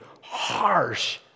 harsh